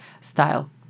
style